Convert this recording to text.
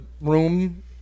room